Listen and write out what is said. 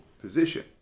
position